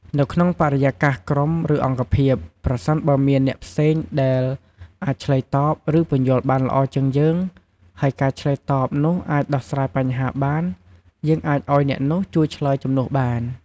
នៅក្នុងបរិយាកាសក្រុម ឬអង្គភាព ប្រសិនបើមានអ្នកផ្សេងដែលអាចឆ្លើយតប ឬពន្យល់បានល្អជាងយើង ហើយការឆ្លើយតបនោះអាចដោះស្រាយបញ្ហាបាន យើងអាចឲ្យអ្នកនោះជួយឆ្លើយជំនួសបាន។